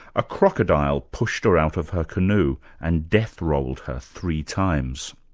a crocodile pushed her out of her canoe and death-rolled her three times.